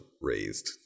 raised